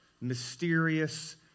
mysterious